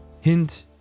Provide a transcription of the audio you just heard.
Hint